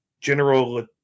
general